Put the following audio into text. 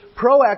proactive